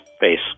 face